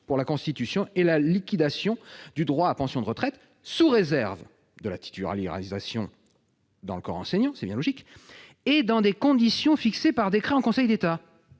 pour la constitution et la liquidation du droit à pension de retraite, sous réserve de la titularisation dans le corps enseignant »- c'est bien logique -« et dans des conditions fixées par décret en Conseil d'État.